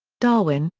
darwin,